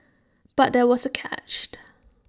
but there was A catch